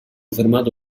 fermato